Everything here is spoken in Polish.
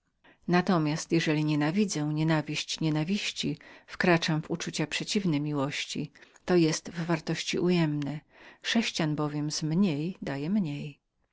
nawzajem jeżeli nienawidzę nienawiść nienawiści wkraczam w uczucia przeciwne miłości to jest w wartości odjemne sześcian bowiem z mniej daje mniej